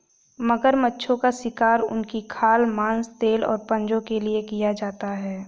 मगरमच्छों का शिकार उनकी खाल, मांस, तेल और पंजों के लिए किया जाता है